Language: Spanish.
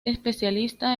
especialista